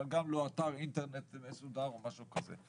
אבל גם לא אתר אינטרנט מסודר או משהו כזה.